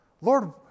Lord